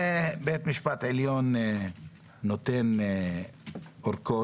ובית משפט עליון נותן אורכות,